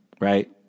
right